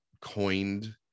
coined